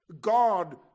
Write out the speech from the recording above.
God